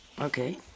okay